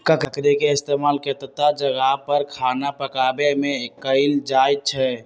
लकरी के इस्तेमाल केतता जगह पर खाना पकावे मे कएल जाई छई